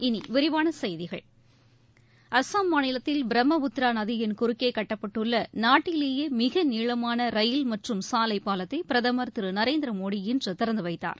இனி விரிவான செய்திகள் அஸ்ஸாம் மாநிலத்தில் பிரம்மபுத்திரா நதியின் குறுக்கே கட்டப்பட்டுள்ள நாட்டிலேயே மிக நீளமான ரயில் மற்றும் சாலை பாலத்தை பிரதமர் திரு நரேந்திரமோடி இன்று திறந்து வைத்தார்